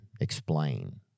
explain